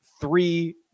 three